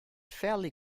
fairly